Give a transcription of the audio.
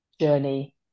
journey